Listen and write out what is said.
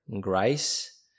grace